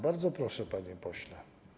Bardzo proszę, panie pośle.